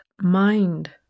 mind